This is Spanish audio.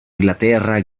inglaterra